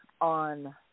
on